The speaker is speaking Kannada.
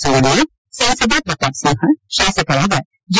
ಸೋಮಣ್ಣ ಸಂಸದ ಪ್ರತಾಪ್ ಸಿಂಹ ಶಾಸಕರಾದ ಜಿ